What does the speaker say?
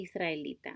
israelita